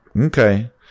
Okay